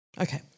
Okay